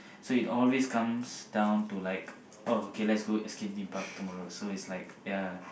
so it always comes down to like oh okay let's go Escape-Theme-Park tomorrow so is like ya